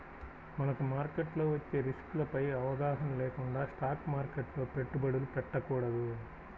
మనకు మార్కెట్లో వచ్చే రిస్కులపై అవగాహన లేకుండా స్టాక్ మార్కెట్లో పెట్టుబడులు పెట్టకూడదు